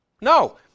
No